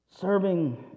Serving